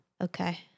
okay